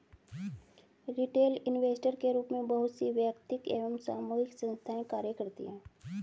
retail investor के रूप में बहुत सी वैयक्तिक एवं सामूहिक संस्थाएं कार्य करती हैं